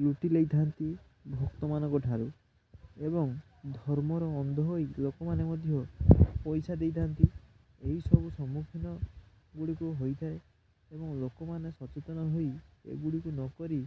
ଲୁଟି ନେଇଥାନ୍ତି ଭକ୍ତମାନଙ୍କଠାରୁ ଏବଂ ଧର୍ମର ଅନ୍ଧ ହୋଇ ଲୋକମାନେ ମଧ୍ୟ ପଇସା ଦେଇଥାନ୍ତି ଏହିସବୁ ସମ୍ମୁଖୀନଗୁଡ଼ିକ ହୋଇଥାଏ ଏବଂ ଲୋକମାନେ ସଚେତନ ହୋଇ ଏଗୁଡ଼ିକୁ ନକରି